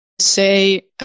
say